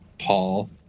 Paul